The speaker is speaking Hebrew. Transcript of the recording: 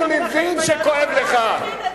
אני מבין שכואב לך.